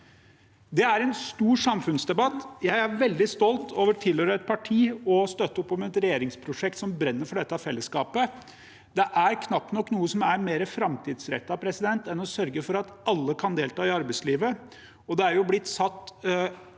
Dette er en stor samfunnsdebatt, og jeg er veldig stolt over å tilhøre og støtte opp om et parti og et regjeringsprosjekt som brenner for dette fellesskapet. Det er knapt nok noe som er mer framtidsrettet enn å sørge for at alle kan delta i arbeidslivet.